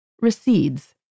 recedes